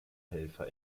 helfer